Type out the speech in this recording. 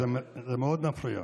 זה מאוד מפריע.